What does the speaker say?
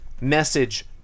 Message